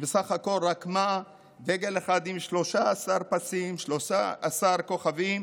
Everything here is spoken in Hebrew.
היא בסך הכול רקמה דגל אחד עם שלושה עשר פסים ושלושה עשר כוכבים,